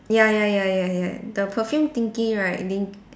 ya ya ya ya ya the perfume thingy right didn't